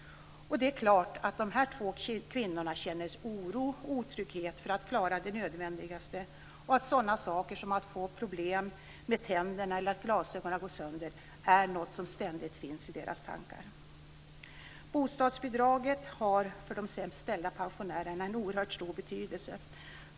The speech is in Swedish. Och det är klart att de här två kvinnorna känner oro och otrygghet när det gäller att klara det nödvändigaste. Sådana saker som att få problem med tänder eller som att glasögonen går sönder är något som ständigt finns i deras tankar. Bostadsbidraget har för de sämst ställda pensionärerna en oerhört stor betydelse.